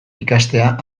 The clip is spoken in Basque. ikastea